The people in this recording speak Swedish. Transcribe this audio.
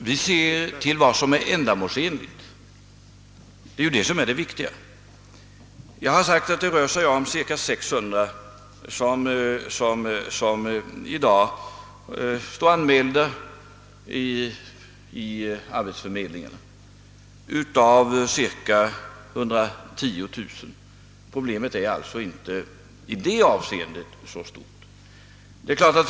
Herr talman! Vi ser till vad som är ändamålsenligt, och det är ju detta som är det viktiga. Jag har nämnt att det av en grupp på cirka 110 000 personer är 600 som i dag står anmälda hos arbetsförmedlingarna. Problemet är alltså inte i detta avseende så stort.